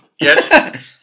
Yes